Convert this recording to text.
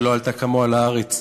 שלא עלתה כמוה לארץ,